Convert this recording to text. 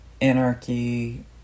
Anarchy